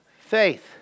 faith